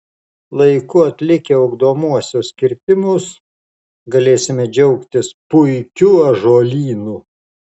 laiku atlikę ugdomuosius kirtimus galėsime džiaugtis puikiu ąžuolynu